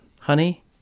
Honey